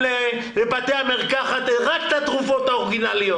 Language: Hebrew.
לבתי המרקחת רק את התרופות האורגינליות.